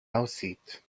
aussieht